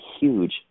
huge